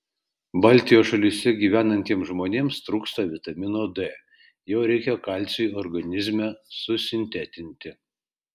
baltijos šalyse gyvenantiems žmonėms trūksta vitamino d jo reikia kalciui organizme susintetinti